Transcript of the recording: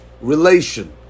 relation